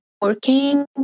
working